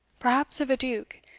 perhaps of a duke,